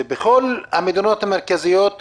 בכל המדינות המרכזיות במערב,